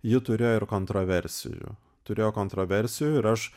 ji turėjo ir kontraversijų turėjo kontraversijų ir aš